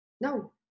No